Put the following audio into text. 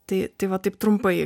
tai tai va taip trumpai